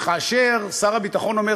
וכאשר שר הביטחון אומר,